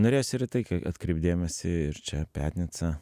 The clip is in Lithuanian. norėjosi ir į taiką atkreipti dėmesį ir čia petnica